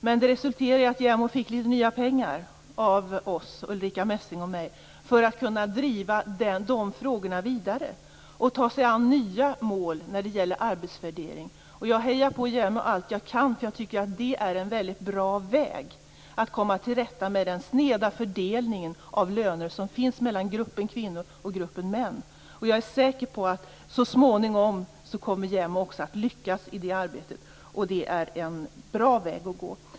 Men det resulterade i att JämO fick litet nya pengar av Ulrica Messing och mig för att kunna driva de frågorna vidare och ta sig an nya mål när det gäller arbetsvärdering. Jag hejar på JämO allt jag kan, och jag tycker att det är en väldigt bra väg att komma till rätta med den sneda fördelning av löner som finns mellan gruppen kvinnor och gruppen män. Jag är säker på att så småningom kommer JämO också att lyckas i det arbetet, och det är en bra väg att gå.